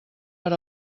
per